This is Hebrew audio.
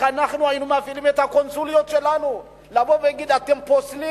איך היינו מפעילים את הקונסוליות שלנו כדי לבוא ולהגיד: אתם פוסלים